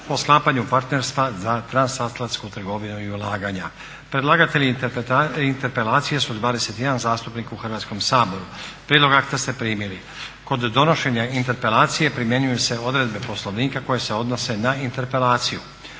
o sklapanju partnerstva za transatlantsku trgovinu i ulaganja Predlagatelji interpelacije su 21 zastupnik u Hrvatskom saboru. Prijedlog akta ste primili. Kod donošenja interpelacije primjenjuju se odredbe Poslovnika koje se odnose na interpelaciju.